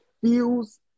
feels